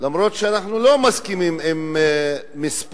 למרות שאנחנו לא מסכימים עם מספר